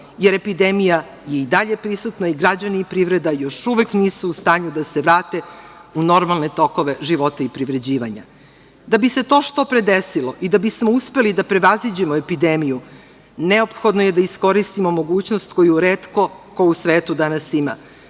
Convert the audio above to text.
jer epidemija je i dalje prisutna i građani i privreda još uvek nisu u stanju da se vrate u normalne tokove života i privređivanja. Da bi se to što pre desilo i da bismo uspeli da prevaziđemo epidemiju neophodno je da iskoristimo mogućnost koju retko ko u svetu danas ima,